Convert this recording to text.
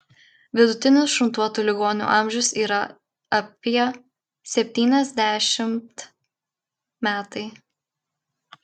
vidutinis šuntuotų ligonių amžius yra apie septyniasdešimt metai